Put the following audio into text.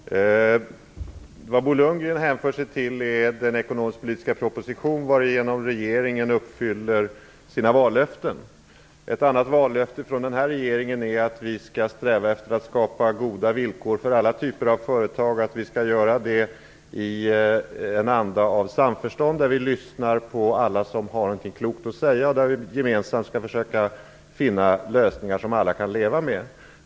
Fru talman! Vad Bo Lundgren refererar till är den ekonomisk-politiska proposition varigenom regeringen uppfyller sina vallöften. Ett annat vallöfte från den här regeringen är att vi skall sträva efter att skapa goda villkor för alla typer av företag och att vi skall göra det i en anda av samförstånd där vi lyssnar på alla som har någonting klokt att säga. Vi skall gemensamt försöka finna lösningar som alla kan leva med.